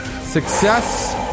Success